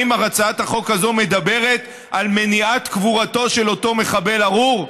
האם הצעת החוק הזאת מדברת על מניעת קבורתו של אותו מחבל ארור?